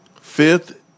fifth